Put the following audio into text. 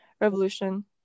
Revolution